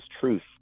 truth